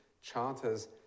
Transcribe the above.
charters